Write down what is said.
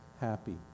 happy